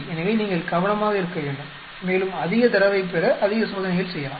எனவே நீங்கள் கவனமாக இருக்க வேண்டும் மேலும் அதிக தரவைப் பெற அதிக சோதனைகள் செய்யலாம்